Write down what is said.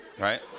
right